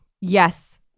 Yes